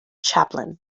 chaplain